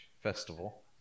Festival